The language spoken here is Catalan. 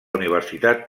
universitat